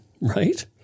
Right